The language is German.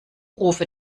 rufe